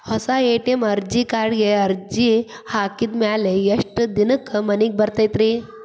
ಹೊಸಾ ಎ.ಟಿ.ಎಂ ಕಾರ್ಡಿಗೆ ಅರ್ಜಿ ಹಾಕಿದ್ ಮ್ಯಾಲೆ ಎಷ್ಟ ದಿನಕ್ಕ್ ಮನಿಗೆ ಬರತೈತ್ರಿ?